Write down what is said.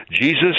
Jesus